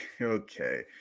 okay